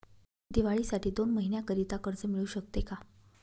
दिवाळीसाठी दोन महिन्याकरिता कर्ज मिळू शकते का?